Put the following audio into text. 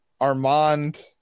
Armand